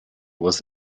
was